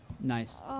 Nice